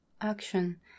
action